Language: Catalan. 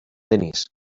denis